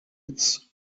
its